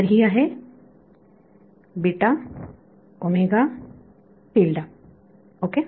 तर ही आहे ओके